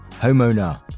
homeowner